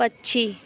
पक्षी